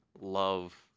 love